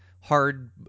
Hard